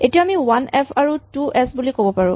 এতিয়া আমি one F আৰু টু এচ বুলি ক'ব পাৰো